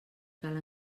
cal